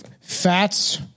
Fats